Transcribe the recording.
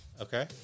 Okay